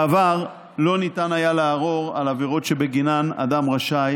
בעבר לא ניתן היה לערור על עבירות שבגינן אדם רשאי